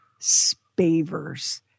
spavers